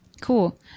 Cool